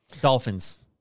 Dolphins